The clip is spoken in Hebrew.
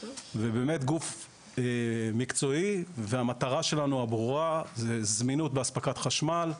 ובאמת גוף מקצועי והמטרה שלנו הברורה היא זמינות באספקת חשמל,